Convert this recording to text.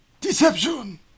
Deception